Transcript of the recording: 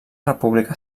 república